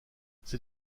c’est